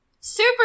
super